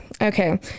Okay